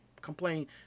complain